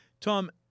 Tom